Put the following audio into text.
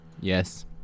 Yes